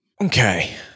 Okay